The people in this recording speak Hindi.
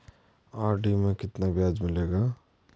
आर.डी में कितना ब्याज मिलेगा?